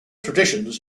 traditions